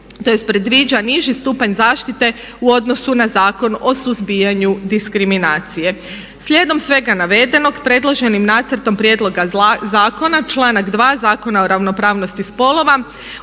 tj. predviđa niži stupanj zaštite u odnosu na Zakon o suzbijanju diskriminacije. Slijedom svega navedenog predloženim Nacrtom prijedloga zakona, članak 2. Zakona o ravnopravnosti spolova